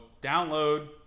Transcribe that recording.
download